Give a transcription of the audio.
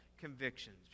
convictions